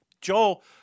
Joel